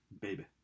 baby